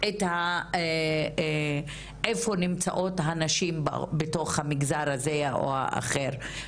את איפה נמצאות הנשים בתוך המגזר הזה או אחר.